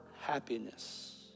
happiness